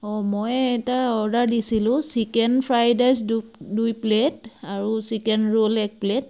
অঁ মই এটা অৰ্ডাৰ দিছিলোঁ চিকেন ফ্ৰাইড ৰাইচ দুই দুই প্লেট আৰু চিকেন ৰোল এক প্লেট